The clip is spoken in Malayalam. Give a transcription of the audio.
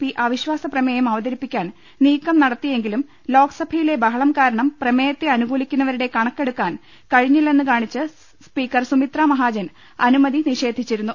പി അവിശ്വാസ പ്രമേയം അവതരിപ്പിക്കാൻ നീക്കം നടത്തിയെങ്കിലും ലോക്സഭ യിലെ ബഹളം കാരണം പ്രമേയത്തെ അനുകൂലിക്കുന്നവരുടെ കണക്ക് എടുക്കാൻ കഴിഞ്ഞില്ലെന്നുകാണിച്ച് സ്പീക്കർ സുമിത്ര മഹാജൻ അനുമതി നിഷേധിച്ചിരുന്നു